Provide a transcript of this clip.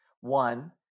One